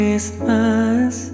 Christmas